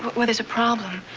well, there's a problem.